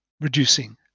reducing